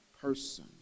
person